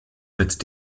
mit